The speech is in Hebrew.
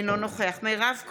אינו נוכח מירב כהן,